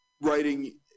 writing